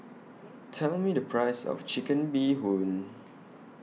Tell Me The Price of Chicken Bee Hoon